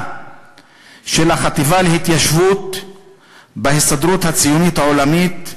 של החטיבה להתיישבות בהסתדרות הציונית העולמית,